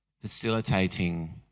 facilitating